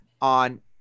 on